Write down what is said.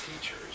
teachers